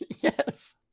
Yes